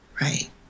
right